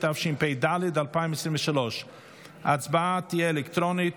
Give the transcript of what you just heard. התשפ"ד 2023. ההצבעה תהיה אלקטרונית.